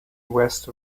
west